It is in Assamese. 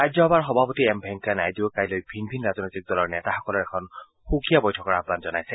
ৰাজ্যসভাৰ সভাপতি এম ভেংকায়া নাইডুৱেও কাইলৈ ভিন ভিন ৰাজনৈতিক দলৰ নেতাসকলৰ এখন সুকীয়া বৈঠকৰ আহবান জনাইছে